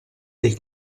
dei